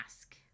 ask